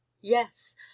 yes